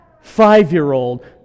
five-year-old